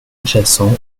adjacent